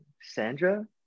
Sandra